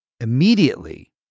immediately